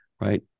right